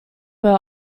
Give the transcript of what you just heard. were